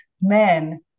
men